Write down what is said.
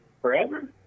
Forever